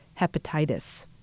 hepatitis